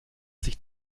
sich